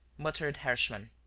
muttered herschmann.